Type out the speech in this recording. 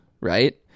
right